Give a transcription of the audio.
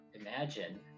imagine